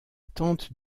tante